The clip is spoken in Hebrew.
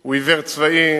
הוא עיוור צבעים,